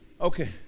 Okay